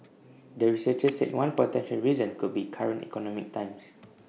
the researchers said one potential reason could be current economic times